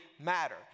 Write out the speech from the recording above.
Matter